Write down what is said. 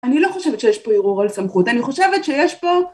אני לא חושבת שיש פה ערעור על סמכות, אני חושבת שיש פה...